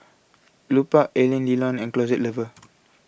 Lupark Alain Delon and Closet Lover